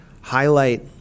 highlight